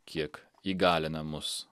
kiek įgalina mus